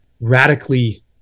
radically